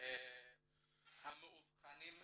המאובחנים בשנה.